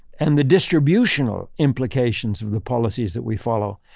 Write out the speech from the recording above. and the distributional implications of the policies that we follow.